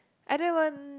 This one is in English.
everyone